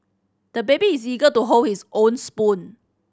the baby is eager to hold his own spoon